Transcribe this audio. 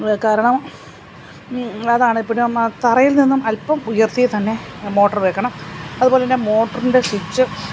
കാരണം അതാണ് എപ്പോഴും അമ്മ തറയിൽ നിന്ന് അല്പം ഉയർത്തി തന്നെ മോട്ടോർ വെക്കണം അതുപോലന്നെ മോട്ടറിൻ്റെ സ്വിച്ച്